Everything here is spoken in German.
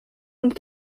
und